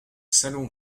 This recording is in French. salon